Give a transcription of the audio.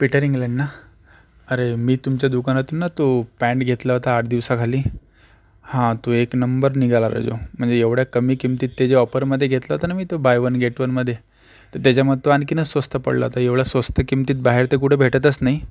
Peter England ना अरे मी तुमच्या दुकानातून ना तो पँट घेतला होता आठ दिवसाखाली हां तो एक नंबर निघाला राजाओ म्हणजे एवढ्या कमी किमतीत ते जे ऑपरमध्ये घेतला होता ना मी तो बाय वन गेट वनमध्ये तर त्याच्यामध्ये तो आणखीनच स्वस्त पडला होता एवढ्या स्वस्त किमतीत बाहेर तर कुठं भेटतच नाही